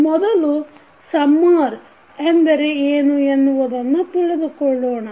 ಮೊದಲು ಸಮ್ಮರ್ ಎಂದರೆ ಏನು ಎನ್ನುವುದನ್ನು ತಿಳಿದುಕೊಳ್ಳೋಣ